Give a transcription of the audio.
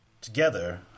Together